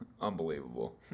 unbelievable